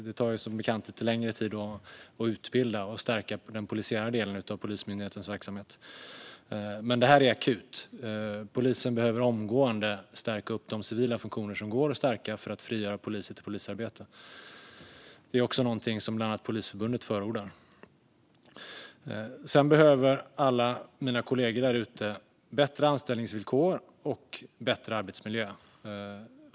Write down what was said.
Det tar som bekant lite längre tid att utbilda och stärka den polisiära delen av Polismyndighetens verksamhet. Men det här är akut. Polisen behöver omgående stärka de civila funktioner som går att stärka för att frigöra poliser till polisarbete. Det är också något som bland annat Polisförbundet förordar. Sedan behöver alla mina kollegor där ute bättre anställningsvillkor och bättre arbetsmiljö.